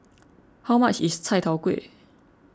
how much is Chai Tow Kuay